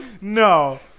No